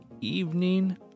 evening